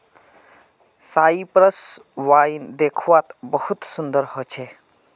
Cyprus wine दाख्वात बहुत सुन्दर होचे